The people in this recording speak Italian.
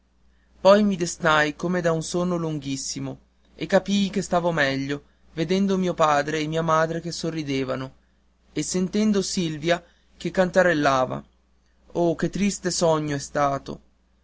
poi mi destai come da un sonno lunghissimo e capii che stavo meglio vedendo mio padre e mia madre che sorridevano e sentendo silvia che canterellava oh che triste sogno è stato